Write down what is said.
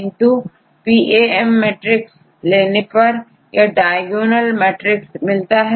किंतुPAM matrix लेने पर diagonal matrix मिलता है